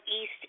east